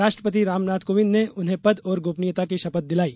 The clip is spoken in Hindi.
राष्ट्रपति रामनाथ कोविंद ने उन्हें पद और गोपनीयता की शपथ दिलाई